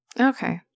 okay